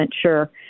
sure